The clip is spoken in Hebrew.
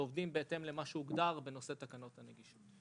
ועובדים בהתאם למה שהוגדר בנושא תקנות הנגישות.